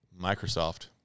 Microsoft